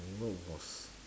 K what was